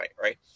right